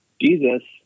Jesus